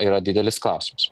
yra didelis klausimas